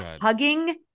hugging